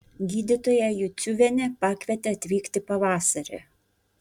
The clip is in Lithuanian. gydytoja juciuvienė pakvietė atvykti pavasarį